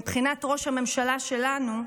מבחינת ראש הממשלה שלנו,